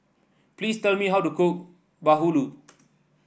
please tell me how to cook Bahulu